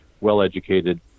well-educated